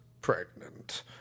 pregnant